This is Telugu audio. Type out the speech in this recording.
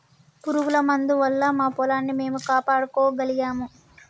పురుగుల మందు వల్ల మా పొలాన్ని మేము కాపాడుకోగలిగాము